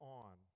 on